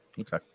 Okay